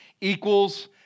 equals